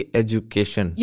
education